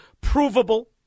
provable